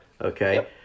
okay